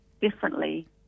differently